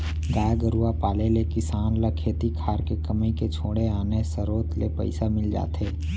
गाय गरूवा पाले ले किसान ल खेती खार के कमई के छोड़े आने सरोत ले पइसा मिल जाथे